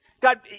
God